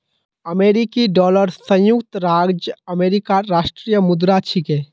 अमेरिकी डॉलर संयुक्त राज्य अमेरिकार राष्ट्रीय मुद्रा छिके